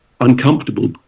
uncomfortable